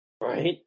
Right